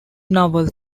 novel